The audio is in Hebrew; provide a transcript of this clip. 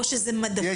או שאלה מדפים?